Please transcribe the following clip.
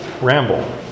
ramble